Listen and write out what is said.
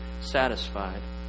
satisfied